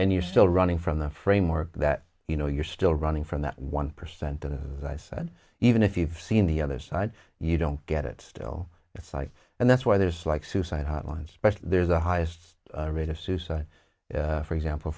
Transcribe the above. and you're still running from the framework that you know you're still running from that one percent and as i said even if you've seen the other side you don't get it still it's life and that's why there's like suicide hotlines there's the highest rate of suicide for example